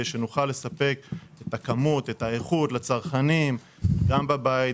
שנוכל לספק את הכמות והאיכות לצרכנים גם בבית,